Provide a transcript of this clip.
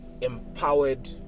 empowered